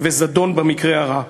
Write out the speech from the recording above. וזדון במקרה הרע.